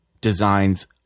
designs